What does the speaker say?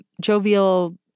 jovial